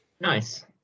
Nice